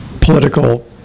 political